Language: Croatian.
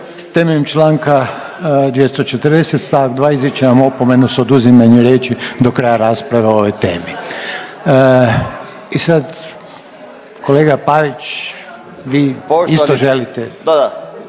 temeljem čl. 240 st. 2 izričem vam opomenu s oduzimanjem riječi do kraja rasprave o ovoj temi. I sad kolega Pavić, vi isto želite.